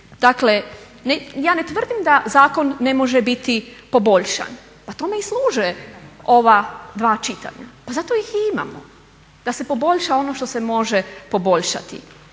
Dakle, ja ne tvrdim da zakon ne može biti poboljšan, pa tome i služe ova dva čitanja, zato ih i imamo da se poboljša ono što se može poboljšati.